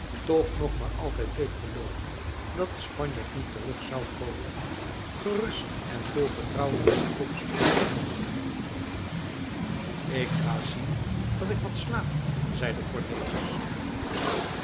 toch nog maar altijd bleef gelooven dat de spanjaard niet terug zou komen gerust en vol vertrouwen de toekomst te gemoet gingen ik ga zien dat ik wat slaap zeide cornelis